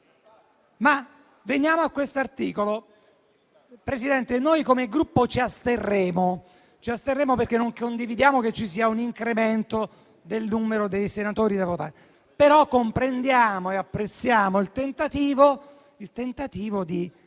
Veniamo a questo articolo. Signor Presidente, noi come Gruppo ci asterremo, perché non condividiamo che ci sia un incremento del numero dei senatori a vita, però comprendiamo e apprezziamo il tentativo di